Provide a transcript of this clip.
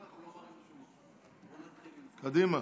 קדימה.